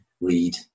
read